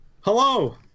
Hello